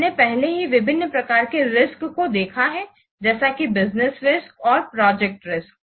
हमने पहले ही विभिन्न प्रकार के रिस्क्स को देखा है जैसे कि बिज़नेस रिस्क्स और प्रोजेक्ट रिस्क्स